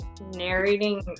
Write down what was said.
narrating